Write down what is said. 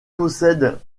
possède